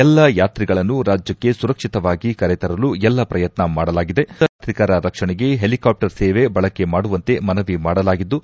ಎಲ್ಲ ಯಾತ್ರಿಗಳನ್ನು ರಾಜ್ಯಕ್ಷೆ ಸುರಕ್ಷಿತವಾಗಿ ಕರೆತರಲು ಎಲ್ಲ ಪ್ರಯತ್ನ ಮಾಡಲಾಗಿದೆ ರಾಜ್ಯದ ಯಾತ್ರಿಕರ ರಕ್ಷಣೆಗೆ ಹೆಲಿಕಾಪ್ಷರ್ ಸೇವೆ ಬಳಕೆಮಾಡುವಂತೆ ಮನವಿ ಮಾಡಲಾಗಿದ್ದು